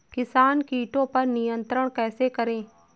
किसान कीटो पर नियंत्रण कैसे करें?